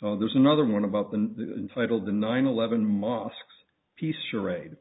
there's another one about the title of the nine eleven mosques piece charade